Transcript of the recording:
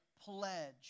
pledge